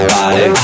body